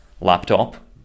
laptop